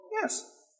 Yes